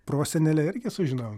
prosenelę irgi sužinojom